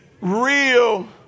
real